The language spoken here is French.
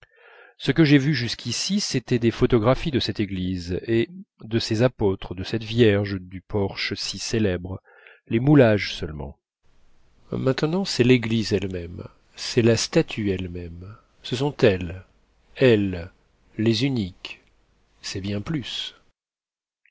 ce que j'ai vu jusqu'ici c'était des photographies de cette église et de ces apôtres de cette vierge du porche si célèbres les moulages seulement maintenant c'est l'église elle-même c'est la statue elle-même ce sont elles elles les uniques c'est bien plus